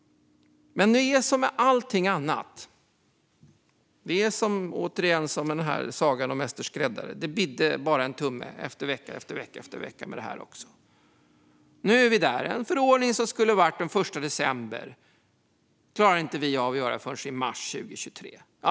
Men det är som med allting annat att det blir som i sagan om mäster skräddare: Det bidde bara en tumme, trots att vi väntade vecka efter vecka. Så blev det med detta också. Nu är vi där. En förordning som skulle ha trätt i kraft den 1 december klarar vi inte få färdig förrän i mars 2023.